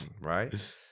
right